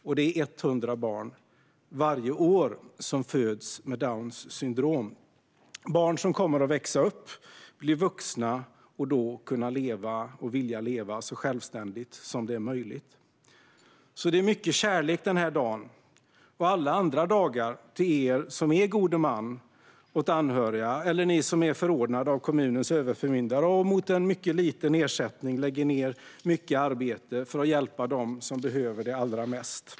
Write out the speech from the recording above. Och det är 100 barn varje år som föds med Downs syndrom - barn som kommer att växa upp och bli vuxna och då kommer att vilja leva så självständigt som möjligt. Det är alltså mycket kärlek den här dagen och alla andra dagar till er som är gode män åt anhöriga eller som är förordnade av kommunens överförmyndare och mot en mycket liten ersättning lägger ned mycket arbete för att hjälpa dem som behöver det allra mest.